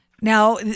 Now